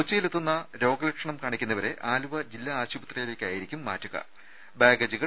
കൊച്ചിയിലെത്തുന്ന രോഗലക്ഷണം കാണിക്കുന്നവരെ ആലുവ ജില്ലാ ആശുപത്രിയിലേക്ക് ആയിരിക്കും മാറ്റുക